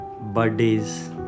birthdays